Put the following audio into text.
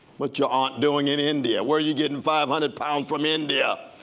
what's your aunt doing in india? where you getting five hundred pounds from india,